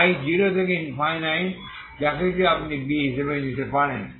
তাই 0 থেকে ইনফাইনাইট যা কিছু আপনি B হিসাবে নিতে পারেন